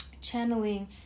channeling